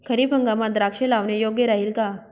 खरीप हंगामात द्राक्षे लावणे योग्य राहिल का?